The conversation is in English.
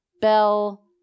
bell